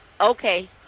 Okay